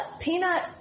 peanut